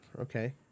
Okay